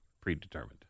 predetermined